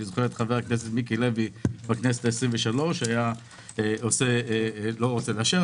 אני זוכר את חבר הכנסת מיקי לוי בכנסת ה-23 לא רוצה לאשר,